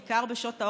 בעיקר בשעות העומס,